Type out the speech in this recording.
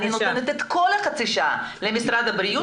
אני נותנת את כל חצי השעה למשרד הבריאות